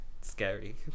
...scary